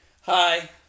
Hi